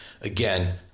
Again